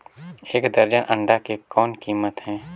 एक दर्जन अंडा के कौन कीमत हे?